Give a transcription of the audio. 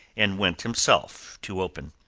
and went himself to open.